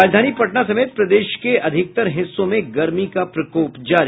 और राजधानी पटना समेत प्रदेश के अधिकतर हिस्सों में गर्मी का प्रकोप जारी